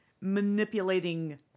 manipulating